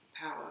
Power